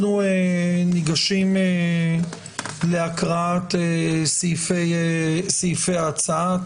אנחנו ניגשים להקראת סעיפי ההצעה.